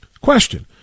Question